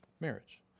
marriage